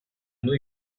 new